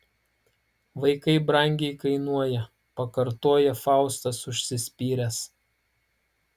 vaikai brangiai kainuoja pakartoja faustas užsispyręs